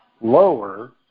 lower